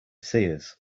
seers